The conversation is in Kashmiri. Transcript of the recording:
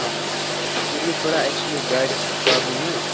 اَہَن حظ مےٚ حظ گٔے تھوڑا ایٚکچؤلی گاڑِ پرابلِم حظ